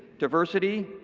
diversity,